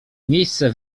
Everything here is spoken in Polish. miejsce